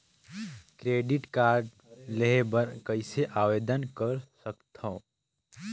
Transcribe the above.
Credit card लेहे बर कइसे आवेदन कर सकथव?